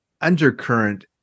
undercurrent